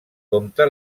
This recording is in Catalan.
compte